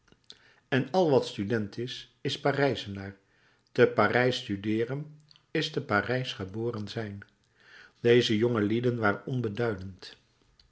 en al wat student is is parijzenaar te parijs studeeren is te parijs geboren zijn deze jongelieden waren